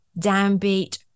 downbeat